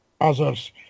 others